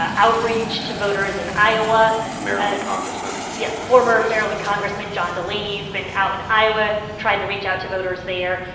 ah outreach to voters in iowa maryland congressman yeah, former maryland congressman john delaney has been out in iowa trying to reach out to voters there.